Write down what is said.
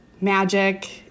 magic